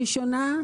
הראשונה,